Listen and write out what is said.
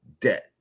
debt